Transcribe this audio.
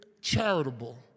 charitable